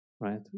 right